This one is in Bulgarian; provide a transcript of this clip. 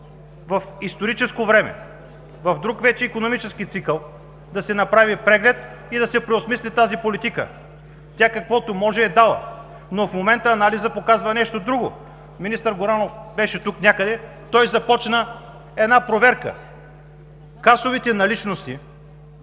в историческо време, в друг вече икономически цикъл, да се направи преглед и да се преосмисли тази политика. Тя, каквото може, е дала, но в момента анализът показва нещо друго. Министър Горанов беше тук някъде, той започна една проверка – касовите наличности